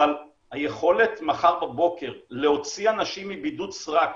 אבל היכולת מחר בבוקר להוציא אנשים מבידוד סרק